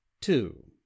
Two